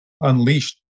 unleashed